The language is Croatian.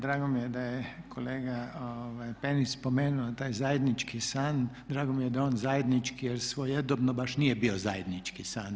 Drago mi je da je kolega Penić spomenuo taj zajednički san, drago mi je da je on zajednički jer svojedobno baš nije bio zajednički san.